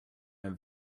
and